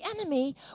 enemy